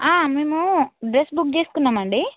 మేము dress book చేసుకున్నాం అండి